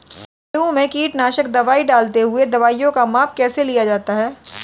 गेहूँ में कीटनाशक दवाई डालते हुऐ दवाईयों का माप कैसे लिया जाता है?